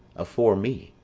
afore me,